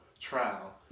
trial